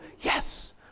yes